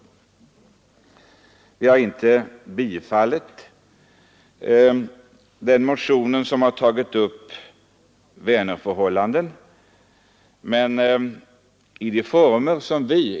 Utskottet har inte tillstyrkt den motion som gäller transportförhållandena i Vänernområdet.